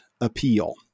appeal